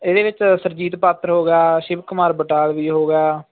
ਇਹਦੇ ਵਿੱਚ ਸੁਰਜੀਤ ਪਾਤਰ ਹੋ ਗਿਆ ਸ਼ਿਵ ਕੁਮਾਰ ਬਟਾਲਵੀ ਹੋ ਗਿਆ